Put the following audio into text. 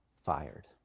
fired